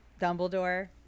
dumbledore